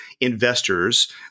investors